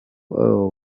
earl